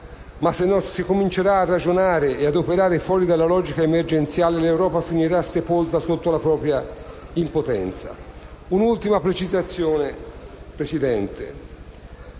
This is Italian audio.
ma se non si comincerà a ragionare e a operare fuori dalla logica emergenziale, l'Europa finirà sepolta sotto la propria impotenza. Signor Presidente,